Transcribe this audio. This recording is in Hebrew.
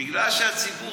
בגלל שהציבור,